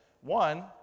One